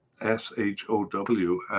S-H-O-W